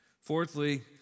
Fourthly